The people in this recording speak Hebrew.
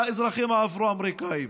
האזרחים האפרו-אמריקנים.